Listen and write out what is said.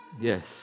Yes